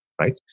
right